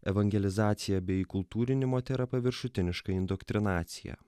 evangelizacija bei įkultūrinimo tėra paviršutiniška indoktrinacija